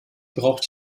braucht